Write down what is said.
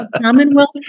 Commonwealth